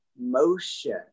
motion